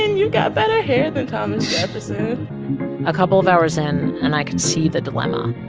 and you got better hair than thomas jefferson a couple of hours in, and i could see the dilemma.